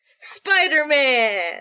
Spider-Man